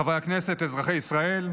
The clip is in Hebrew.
חברי הכנסת, אזרחי ישראל,